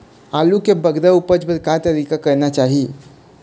आलू के बगरा उपज बर का तरीका करना चाही?